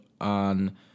on